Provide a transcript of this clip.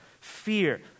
fear